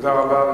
תודה רבה.